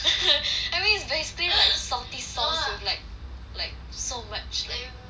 I mean is basically like salty sauce with like like so much like carbs